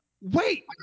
Wait